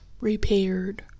repaired